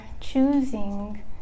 choosing